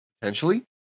potentially